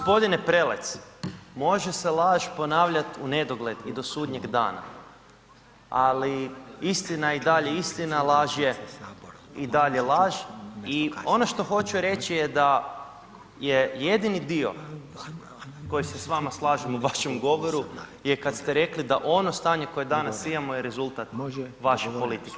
Gospodine Prelec, može se laž ponavljati u nedogled i do sudnjeg dana, ali istina je i dalje istina, laž je i dalje laž i ono što hoću reći da je jedini dio koji se s vama slažem u vašem govoru je kad ste rekli da ono stanje koje danas imamo je rezultat vaše politike.